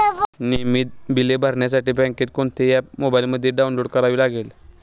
नियमित बिले भरण्यासाठी बँकेचे कोणते ऍप मोबाइलमध्ये डाऊनलोड करावे लागेल?